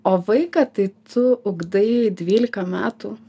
o vaiką tai tu ugdai dvylika metų